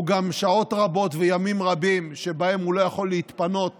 הוא גם שעות רבות וימים רבים שבהם הוא יכול להתפנות